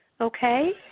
okay